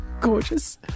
gorgeous